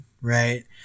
Right